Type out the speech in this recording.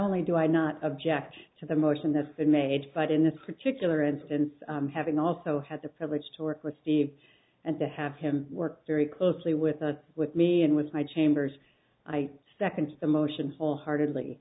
only do i not object to the motion that's been made but in this particular instance having also had the privilege to work with steve and to have him work very closely with with me and with my chambers i second the motion wholeheartedly